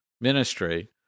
ministry—